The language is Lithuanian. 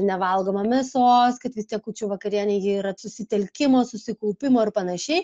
nevalgoma mėsos kad vis tiek kūčių vakarienė ji yra susitelkimo susikaupimo ir panašiai